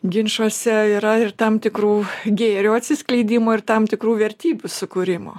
ginčuose yra ir tam tikrų gėrio atsiskleidimo ir tam tikrų vertybių sukūrimo